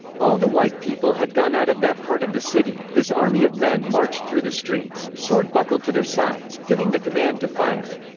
all the white people had gone out of that part of the city, this army of men marched through the streets, sword buckled to their sides, giving the command to fire.